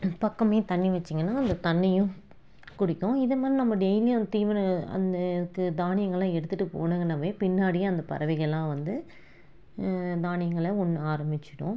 பக்கமே தண்ணி வைச்சிங்ன்னா அந்த தண்ணியும் குடிக்கும் இதே மாதிரி நம்ம டெய்லியும் அந்த தீவனம் அந்த இதுக்கு தானியங்கள் எல்லாம் எடுத்துகிட்டு போனீங்கனாவே பின்னாடியே அந்த பறவைகளெலாம் வந்து தானியங்களை உண்ண ஆரம்மித்திடும்